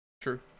True